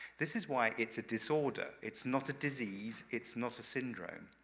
this is why it's a disorder. it's not a disease, it's not a syndrome.